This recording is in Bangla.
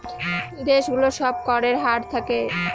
দেশ গুলোর সব করের হার থাকে